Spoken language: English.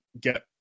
get